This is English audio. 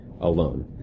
alone